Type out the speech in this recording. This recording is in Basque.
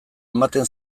ematen